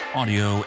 audio